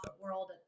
world